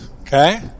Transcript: okay